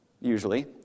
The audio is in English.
usually